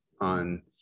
on